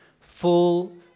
full